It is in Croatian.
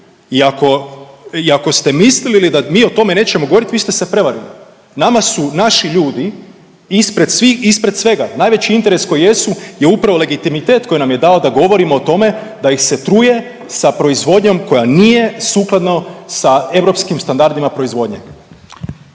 I ako ste mislili da mi o tome nećemo govorit vi ste se prevarili. Nama su naši ljudi ispred svega najveći interes koji jesu je upravo legitimitet koji nam je dao da govorimo o tome da ih se truje sa proizvodnjom koja nije sukladno sa europskim standardima proizvodnje.